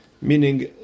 Meaning